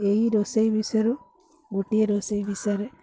ଏଇ ରୋଷେଇ ବିଷୟରୁ ଗୋଟିଏ ରୋଷେଇ ବିଷୟରେ